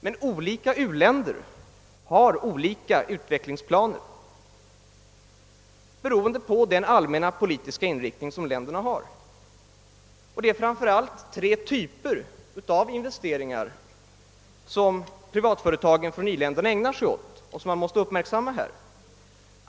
Men olika u-länder har olika utvecklingsplaner, beroende på respektive lands allmänna politiska inriktning. Det är framför allt tre typer av investeringar som Pprivatföretagen från i-länderna ägnar sig åt och som man måste uppmärksamma härvidlag.